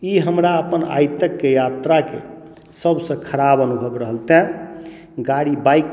ई हमर अपना आइ तकके यात्राके सभसँ खराब अनुभव रहल तैँ गाड़ी बाइक